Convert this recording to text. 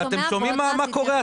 נפתח עם ההסתדרות הרפואית.